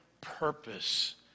purpose